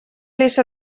лишь